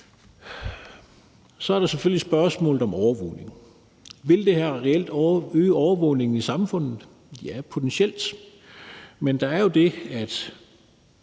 Så er der selvfølgelig spørgsmålet om overvågning. Vil det her reelt øge overvågningen i samfundet? Ja, potentielt, men det er jo sådan, at